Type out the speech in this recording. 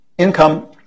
Income